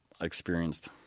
experienced